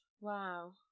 Wow